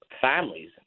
families